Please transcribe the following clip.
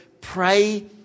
pray